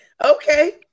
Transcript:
Okay